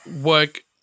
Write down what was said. work